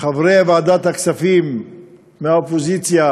חברי ועדת הכספים מהאופוזיציה,